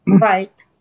Right